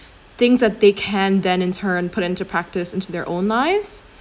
things that they can then in turn put into practice into their own lives